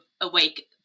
awake